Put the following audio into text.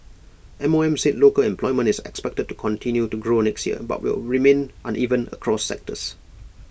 M O M said local employment is expected to continue to grow next year but IT will remain uneven across sectors